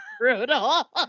brutal